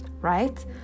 right